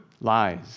Lies